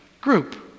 group